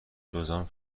جذام